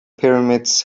pyramids